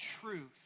truth